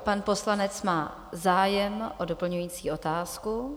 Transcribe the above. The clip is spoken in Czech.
Pan poslanec má zájem o doplňující otázku.